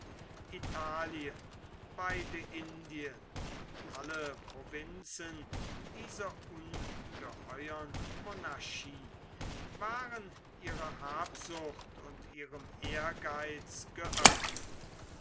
italien beide indien und alle provinzen dieser ungeheuren monarchie waren ihrer habsucht und ihrem ehrgeiz geöffnet